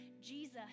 Jesus